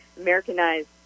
Americanized